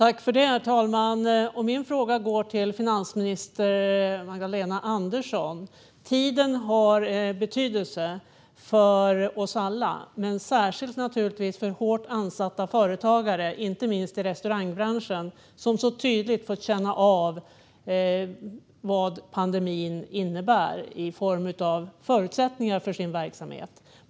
Herr talman! Min fråga går till finansminister Magdalena Andersson. Tiden har betydelse för oss alla, men naturligtvis särskilt för hårt ansatta företagare. Inte minst inom restaurangbranschen har de tydligt fått känna av vad pandemin innebär i form av förutsättningar för sina verksamheter.